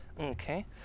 Okay